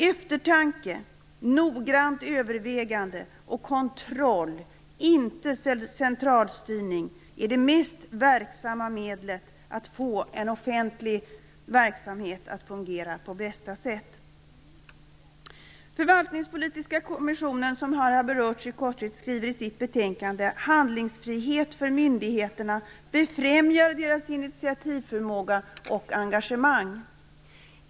Eftertanke, noggrant övervägande och kontroll, inte centralstyrning, är det mest verksamma medlet för att få en offentlig verksamhet att fungera på bästa sätt. Förvaltningspolitiska kommissionen, som här har berörts i korthet, skriver i sitt betänkande: "Handlingsfrihet för myndigheterna befrämjar deras initiativförmåga och engagemang.